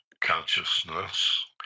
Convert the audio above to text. consciousness